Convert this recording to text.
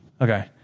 Okay